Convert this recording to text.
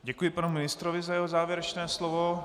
Děkuji panu ministrovi za jeho závěrečné slovo.